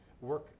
work